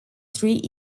three